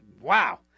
Wow